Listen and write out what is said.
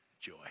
joy